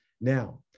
Now